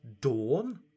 dawn